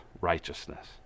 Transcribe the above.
righteousness